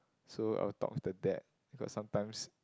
so I'll talk the dad because sometimes